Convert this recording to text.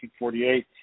1948